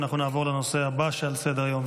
ואנחנו נעבור לנושא הבא על סדר-היום,